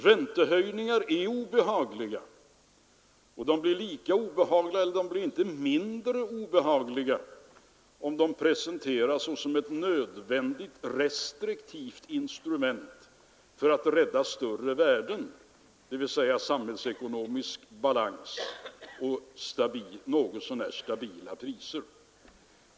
Räntehöjningar är obehagliga, och de blir inte mindre obehagliga för att de presenteras såsom ett nödvändigt restriktivt instrument för att rädda större värden, dvs. samhällsekonomisk balans och något så när stabila priser.